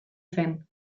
zen